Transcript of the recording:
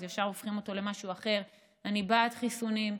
ישר הופכים אותו למשהו אחר: אני בעד חיסונים.